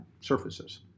surfaces